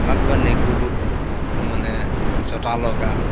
বা কিবা নেগুৰটোত মানে জতা লগা